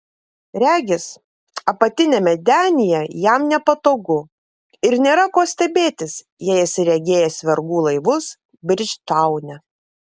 regis apatiniame denyje jam nepatogu ir nėra ko stebėtis jei esi regėjęs vergų laivus bridžtaune